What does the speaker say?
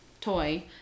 toy